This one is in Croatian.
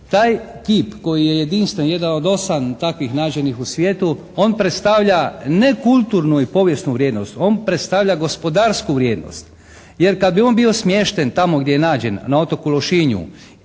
Taj kip koji je jedinstven, jedan od 8 takvih nađenih u svijetu. On predstavlja ne kulturnu i povijesnu vrijednost. On predstavlja gospodarsku vrijednost. Jer kad bi on bio smješten tamo gdje je nađen na otoku Lošinju